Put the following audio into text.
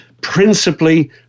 principally